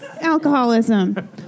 alcoholism